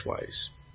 ways